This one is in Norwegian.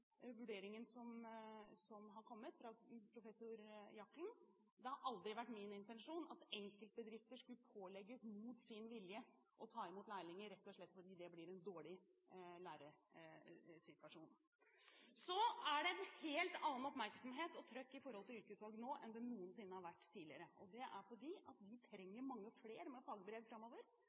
vurderingen som har kommet fra professor Jakhelln. Det har aldri vært min intensjon at enkeltbedrifter skulle pålegges mot sin vilje å ta imot lærlinger, rett og slett fordi det blir en dårlig læresituasjon. Så er det en helt annen oppmerksomhet og trykk når det gjelder yrkesvalg, nå enn det noensinne har vært tidligere, og det er fordi vi trenger mange flere med fagbrev framover.